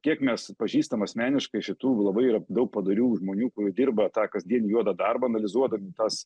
kiek mes pažįstam asmeniškai šitų labai yra daug padorių žmonių kur dirba tą kasdienį juodą darbą analizuodami tas